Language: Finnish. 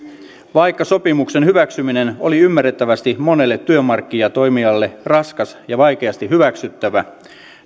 vaikka sopimuksen hyväksyminen oli ymmärrettävästi monelle työmarkkinatoimijalle raskas ja vaikeasti hyväksyttävä